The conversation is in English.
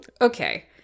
okay